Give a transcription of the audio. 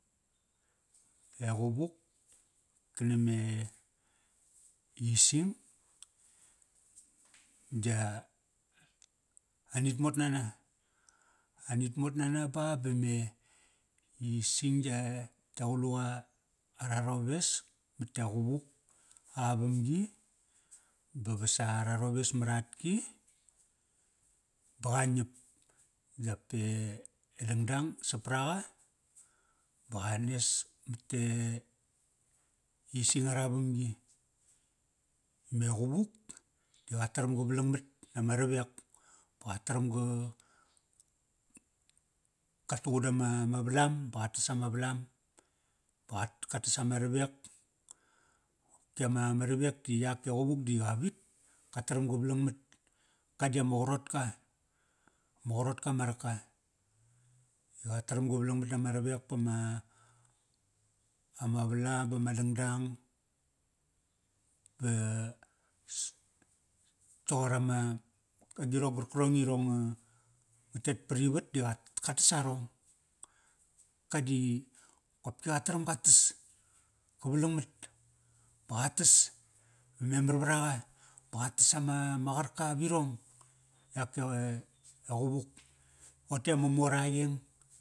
E qavuk, kaname ising da, anit mot nana. Anit mot nana ba bame ising ya, ya quluk ara rowes mat e qavuk a vamgi, ba vas sa ara roves mar atki ba qa ngiap. Dape dangdang sapraqa ba qanes mat e ising ara vamgi. Me quvuk da qa taram ga valangmat nama ravek. Ba qataram ga, ka tuqudama valam ba qa tas ama valam, ba qa katas ama ravek. Ki ama ma ravek di yak e quvuk di qa vit. Ka taram ga valangmat, ka di ama qarotka. Ma qarotka ma raka, qa taram ga valangamat dama ravek bama, ama valam bama dnagdang. Ba toqor ama, agirong qarkrong i irong nga, nga tet parivat di qa, katas arong. Ka di, qopki qataram ga tas, ka valangmat. Ba qa tas, va memar vraqa, ba qatas ama qarka virong. Yak e quvuk, toqote ama mor a qeng.